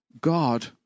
God